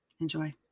Enjoy